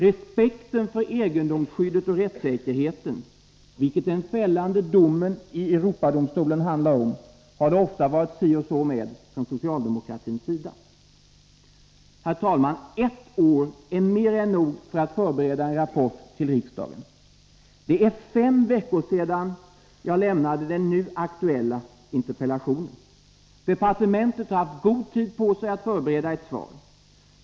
Respekten för egendomsskyddet och rättssäkerheten, vilket den fällande domen i Europadomstolen handlar om, har det ibland varit si och så med från socialdemokratins sida. Herr talman! Ett års tid är mer än nog för att förbereda en rapport till riksdagen. Det är fem veckor sedan jag lämnade in den nu aktuella interpellationen. Departementet har haft god tid på sig att förbereda ett svar.